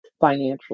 financially